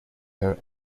her